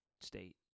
state